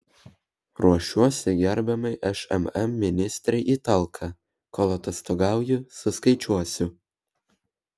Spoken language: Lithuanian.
ruošiuosi gerbiamai šmm ministrei į talką kol atostogauju suskaičiuosiu